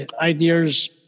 ideas